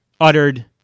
uttered